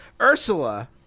Ursula